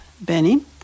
Benny